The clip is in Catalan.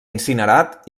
incinerat